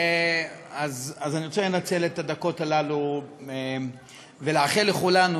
אז אני רוצה לנצל את הדקות האלה ולאחל לכולנו